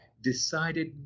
decided